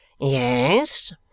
Yes